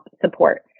support